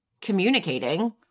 communicating